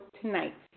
tonight